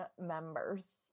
members